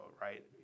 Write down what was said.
right